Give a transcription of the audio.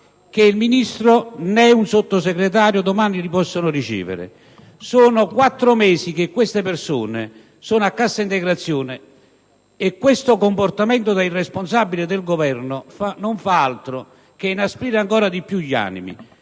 né il Ministro né un Sottosegretario domani potranno riceverli. È da quattro mesi che queste persone sono in cassa integrazione e questo comportamento da irresponsabile del Governo non fa altro che inasprire ancora di più gli animi.